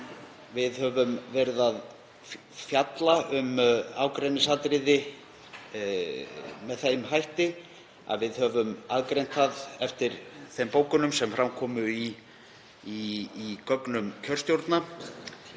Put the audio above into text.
við höfum verið að fjalla um ágreiningsatriði með þeim hætti að við höfum aðgreint það eftir þeim bókunum sem fram komu í gögnum kjörstjórna